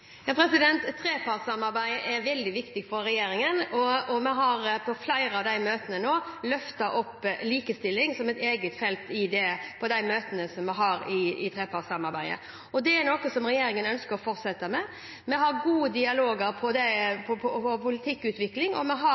er veldig viktig for regjeringen, og vi har på flere av de møtene nå løftet opp likestilling som et eget felt på de møtene som vi har i trepartssamarbeidet. Det er noe som regjeringen ønsker å fortsette med. Vi har gode dialoger på politikkutvikling, og vi har